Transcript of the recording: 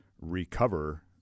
recover